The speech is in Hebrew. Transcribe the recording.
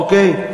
אוקיי?